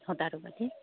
সূতাটো কাটি